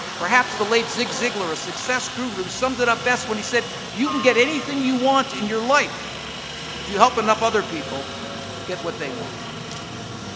perhaps the late zig ziglar, a success guru, summed it up best when he said, you can get anything you want in your life if you help enough other people get what they want.